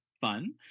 fun